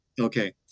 okay